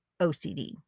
OCD